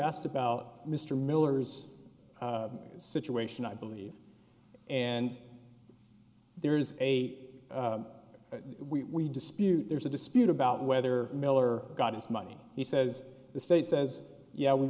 asked about mr miller's situation i believe and there's a we dispute there's a dispute about whether miller got his money he says the state says yeah we